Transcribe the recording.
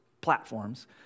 platforms